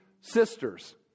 sisters